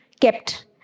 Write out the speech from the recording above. kept